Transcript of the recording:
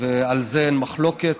ועל זה אין מחלוקת,